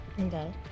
Okay